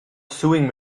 sewing